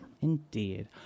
indeed